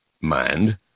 mind